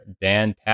Dan